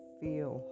feel